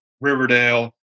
Riverdale